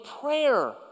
prayer